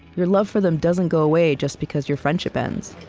your love for them doesn't go away just because your friendship ends